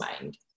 mind